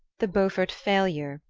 the beaufort failure,